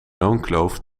loonkloof